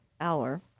hour